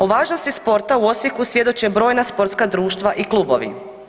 O važnosti sporta u Osijeku svjedoče brojna sportska društva i klubovi.